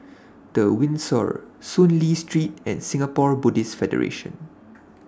The Windsor Soon Lee Street and Singapore Buddhist Federation